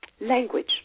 language